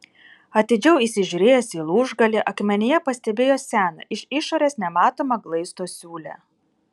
atidžiau įsižiūrėjęs į lūžgalį akmenyje pastebėjo seną iš išorės nematomą glaisto siūlę